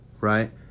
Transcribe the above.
Right